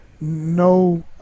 no